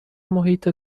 محیط